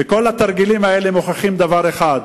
וכל התרגילים האלה מוכיחים דבר אחד,